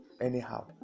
anyhow